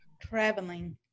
Traveling